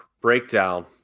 breakdown